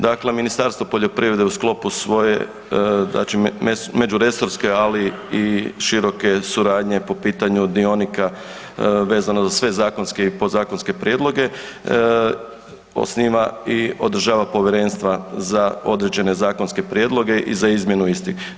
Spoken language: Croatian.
Dakle, Ministarstvo poljoprivrede u sklopu svoje znači međuresorske ali i široke suradnje po pitanju dionika vezao za sve zakonske i podzakonske prijedloge, osniva i održava povjerenstva za određene zakonske prijedloge i za izmjenu istih.